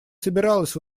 собиралась